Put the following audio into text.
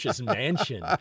mansion